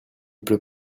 pleut